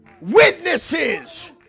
witnesses